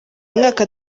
mwaka